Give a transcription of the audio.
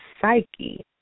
psyche